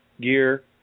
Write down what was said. gear